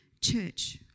church